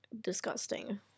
disgusting